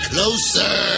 Closer